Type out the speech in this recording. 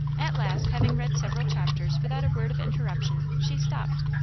at last, having read several chapters without a word of interruption, she stopped.